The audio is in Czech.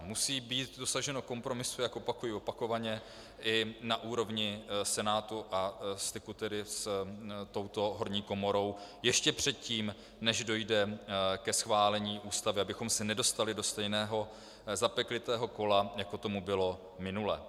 Musí být dosaženo kompromisu, jak opakuji opakovaně, i na úrovni Senátu a styku s touto horní komorou ještě předtím, než dojde ke schválení Ústavy, abychom se nedostali do stejného zapeklitého kola, jako tomu bylo minule.